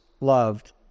loved